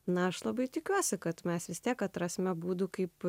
na aš labai tikiuosi kad mes vis tiek atrasime būdų kaip